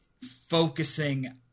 focusing